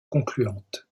concluante